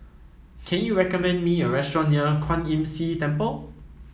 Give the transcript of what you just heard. can you recommend me a restaurant near Kwan Imm See Temple